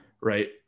Right